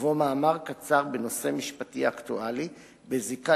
ובו מאמר קצר בנושא משפטי אקטואלי בזיקה